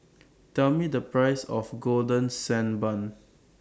Tell Me The Price of Golden Sand Bun